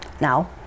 Now